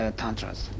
tantras